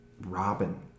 Robin